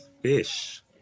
fish